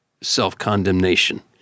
self-condemnation